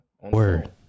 Word